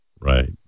Right